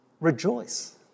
rejoice